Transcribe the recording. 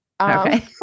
Okay